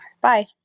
Bye